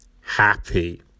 happy